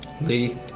Lee